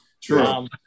True